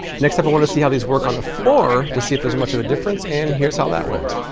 next up i wanted to see how these work on the floor to see if there's much of a difference and here's how that went.